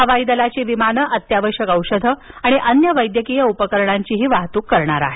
हवाईदलाची विमानं अत्यावश्यक औषधं आणि अन्य वैद्यकीय उपकरणांचीही वाहतूक करणार आहेत